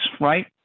right